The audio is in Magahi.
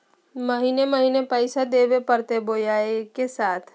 महीने महीने पैसा देवे परते बोया एके साथ?